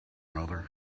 mother